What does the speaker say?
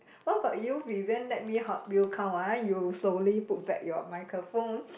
what about you Vivian let me help you count ah you slowly put back your microphone